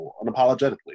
unapologetically